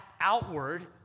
outward